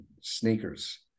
sneakers